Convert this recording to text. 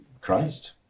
Christ